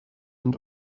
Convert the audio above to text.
and